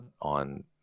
on